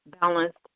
balanced